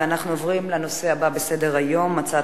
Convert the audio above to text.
אנחנו עוברים לנושא הבא בסדר-היום: הצעת